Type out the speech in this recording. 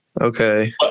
Okay